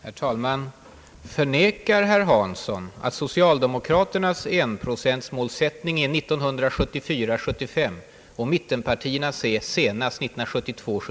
Herr talman! Förnekar herr Hansson att tidpunkten för socialdemokraternas enprocentmål är 1974 73?